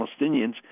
Palestinians